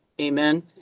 Amen